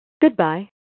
Goodbye